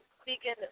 speaking